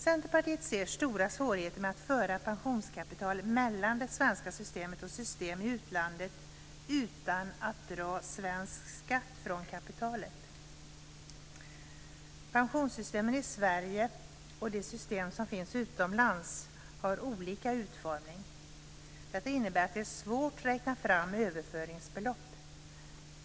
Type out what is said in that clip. Centerpartiet ser stora svårigheter med att föra pensionskapital mellan det svenska systemet och system i utlandet utan att dra svensk skatt från kapitalet. Pensionssystemen i Sverige och de system som finns utomlands har olika utformning. Detta innebär att det är svårt att räkna fram överföringsbelopp.